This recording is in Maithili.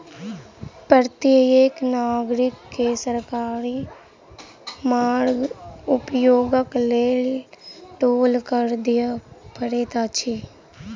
प्रत्येक नागरिक के सरकारी मार्गक उपयोगक लेल टोल कर दिअ पड़ैत अछि